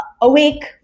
awake